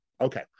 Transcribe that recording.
Okay